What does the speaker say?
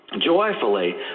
joyfully